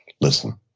listen